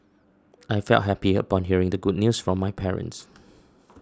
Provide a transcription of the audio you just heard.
I felt happy upon hearing the good news from my parents